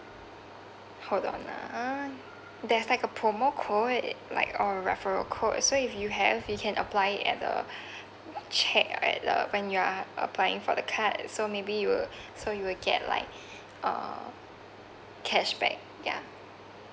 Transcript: hold on ah there's like a promo code like a referral code so if you have you can apply at the check at uh when you are applying for the card so maybe you will so you will get like uh cashback ya